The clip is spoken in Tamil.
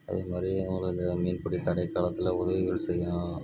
அதே மாதிரி அவங்க அதில் மீன்பிடி தடைக் காலத்தில் உதவிகள் செய்யலாம்